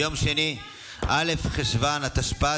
ביום שני א' בחשוון התשפ"ד,